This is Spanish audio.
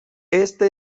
esta